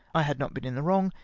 i had not been in the wrong,